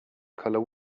color